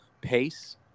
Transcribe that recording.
pace